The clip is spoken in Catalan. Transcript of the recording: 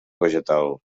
vegetal